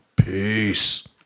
Peace